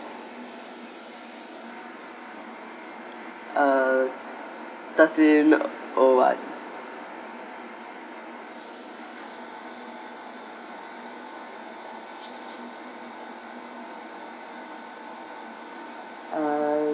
uh thirteen O one uh